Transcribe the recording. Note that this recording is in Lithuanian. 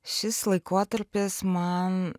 šis laikotarpis man